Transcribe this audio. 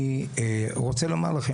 אני רוצה לומר לכם,